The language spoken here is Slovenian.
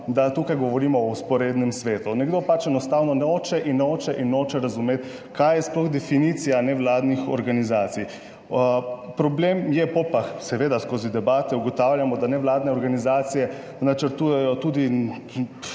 da tukaj govorimo o vzporednem svetu. Nekdo pač enostavno noče in noče in noče razumeti, kaj je sploh definicija nevladnih organizacij. Problem je / nerazumljivo/ seveda skozi debate ugotavljamo, da nevladne organizacije načrtujejo tudi